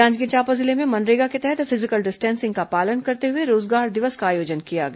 जांजगीर चांपा जिले में मनरेगा के तहत फिजिटल डिस्टेंसिंग का पालन करते हुए रोजगार दिवस का आयोजन किया गया